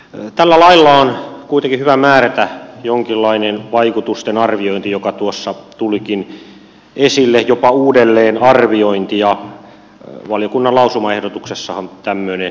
tällä lailla on kuitenkin hyvä määrätä jonkinlainen vaikutusten arviointi joka tuossa tulikin esille jopa uudelleenarviointi valiokunnan lausumaehdotuksessahan tämmöinen on